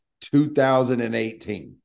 2018